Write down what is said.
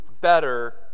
better